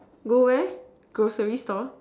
go where grocery store